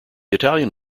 italian